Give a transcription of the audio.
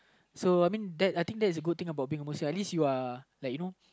so I mean that I think that is a good thing about being Muslim at least you are like you know